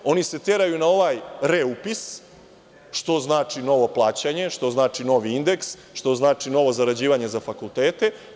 Odnosno, oni se teraju na ovaj reupis, što znači novo plaćanje, što znači novi indeks, što znači novo zarađivanje za fakultete.